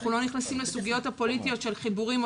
אנחנו לא נכנסים לסוגיות הפוליטיות של חיבורים,